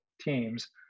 teams